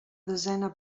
desena